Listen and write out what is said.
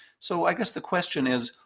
so i guess the question is,